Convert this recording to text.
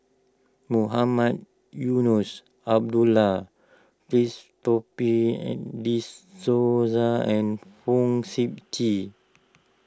Mohamed Eunos Abdullah Christopher and De Souza and Fong Sip Chee